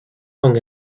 hung